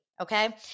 Okay